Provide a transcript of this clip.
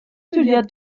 teuliad